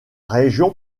région